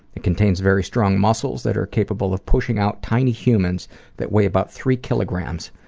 it contains very strong muscles that are capable of pushing out tiny humans that weigh about three kilograms,